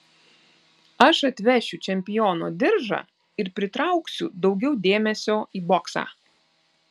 aš atvešiu čempiono diržą ir pritrauksiu daugiau dėmesio į boksą